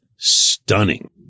Stunning